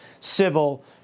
civil